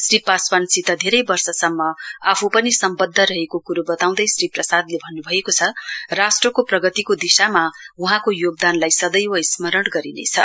श्री पासवानसित धेरै वर्षसम्म आफू पनि सम्वद्ध रहेको कुरो बताउँदै श्री प्रसादले राष्ट्रको प्रगतिको दिशामा वहाँको योगदानलाई सदैव स्मरण गरिनेछ